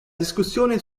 discussione